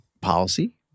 policy